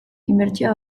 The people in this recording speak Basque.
inbertsioa